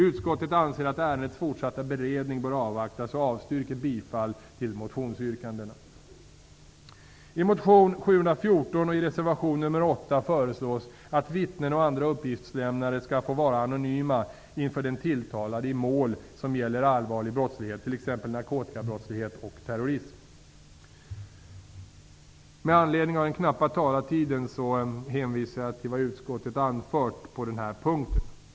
Utskottet anser att ärendets fortsatta beredning bör avvaktas och avstyrker bifall till motionsyrkandena. Med anledning av den knappa talartiden hänvisar jag till vad utskottet anfört på den här punkten.